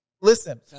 Listen